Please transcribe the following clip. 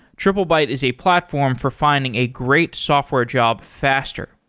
triplebyte is a platform for finding a great software job faster.